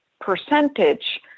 percentage